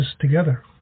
together